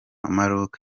maroc